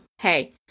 hey